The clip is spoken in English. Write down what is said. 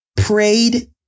prayed